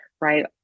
right